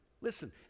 Listen